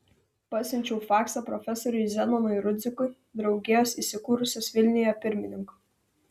pasiunčiau faksą profesoriui zenonui rudzikui draugijos įsikūrusios vilniuje pirmininkui